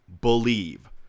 believe